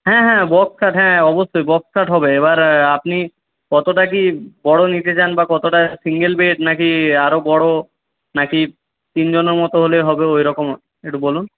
হ্যাঁ হ্যাঁ বক্স খাট হ্যাঁ অবশ্যই বক্স খাট হবে এবার আপনি কতটা কী বড় নিতে চান বা কতটা সিঙ্গেল বেড না কি আরও বড় না কি তিনজনের মতো হলেই হবে ওইরকম একটু বলুন